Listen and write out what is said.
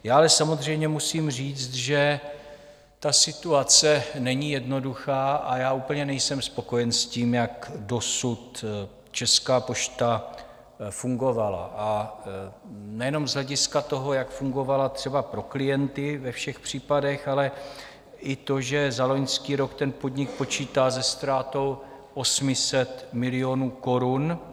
Já ale samozřejmě musím říct, že ta situace není jednoduchá a já úplně nejsem spokojen s tím, jak dosud Česká pošta fungovala, a nejenom z hlediska toho, jak fungovala třeba pro klienty ve všech případech, ale i to, že za loňský rok ten podnik počítá se ztrátou 800 milionů korun.